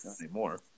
anymore